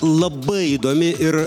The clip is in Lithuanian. labai įdomi ir